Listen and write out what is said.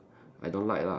I don't like lah